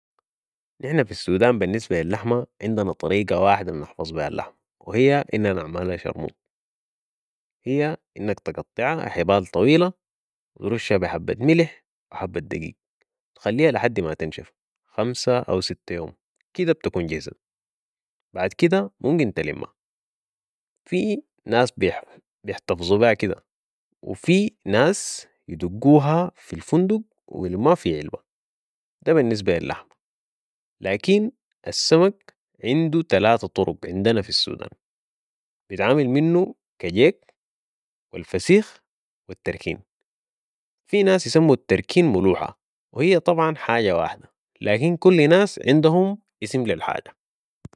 نحن في السودان بالنسبه اللحمه عندنا طريقه واحده بنحفظ بيها اللحمه و هى اننا نعملها شرموط ،هى انك تقطعا حبال طويله وترشهاها بي حبه ملح و حبه دقيق و تخليها لحدي ما تنشف ،خمسه او سته يوم كده بتكون جهزت بعد كده ممكن تلمها في ناس بيحتفظو بيها كده و في ناس يدقوها في الفندك و يلموها في علبه ده بالنسبه للحمه، لكين السمك عندو تلاته طرق عندنا في السودان بيتعمل منه كجيك و الفسيخ و التركين و في ناس يسمو التركين ملوحه وهي طبعا حاجه واحده لكن كل الناس عندهم اسم للحاجه